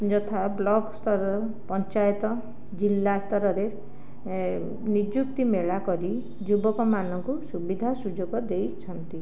ଯଥା ବ୍ଲକ ସ୍ତରର ପଞ୍ଚାୟତ ଜିଲ୍ଲା ସ୍ତରରେ ନିଯୁକ୍ତି ମେଳା କରି ଯୁବକମାନଙ୍କୁ ସୁବିଧା ସୁଯୋଗ ଦେଇଛନ୍ତି